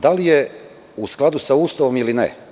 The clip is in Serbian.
Da li je u skladu sa Ustavom ili ne?